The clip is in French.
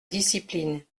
discipline